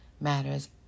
matters